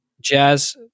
Jazz